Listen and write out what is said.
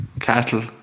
cattle